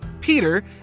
Peter